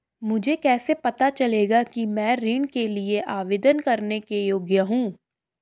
मुझे कैसे पता चलेगा कि मैं ऋण के लिए आवेदन करने के योग्य हूँ?